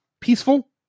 peaceful